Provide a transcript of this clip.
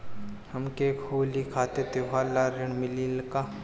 हमके होली खातिर त्योहार ला ऋण मिली का?